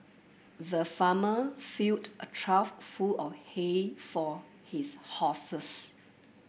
the farmer filled a trough full of hay for his horses